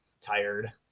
tired